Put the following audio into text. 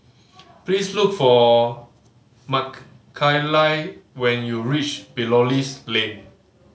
please look for Mckayla when you reach Belilios Lane